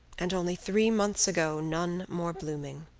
and only three months ago none more blooming.